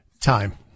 Time